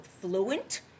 fluent